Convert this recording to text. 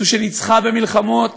זו שניצחה במלחמות,